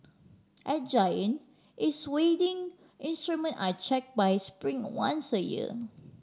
at Giant its weighing instrument are check by Spring once a year